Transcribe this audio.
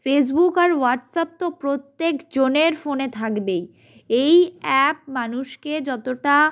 Facebook আর WhatsApp তো প্রত্যেকজনের ফোনে থাকবেই এই অ্যাপ মানুষকে যতোটা